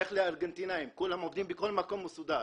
לך לארגנטינאים, כולם עובדים בכל מקום מסודר.